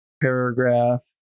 paragraph